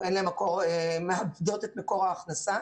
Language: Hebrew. את מאבדות את מקור ההכנסה.